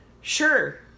Sure